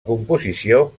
composició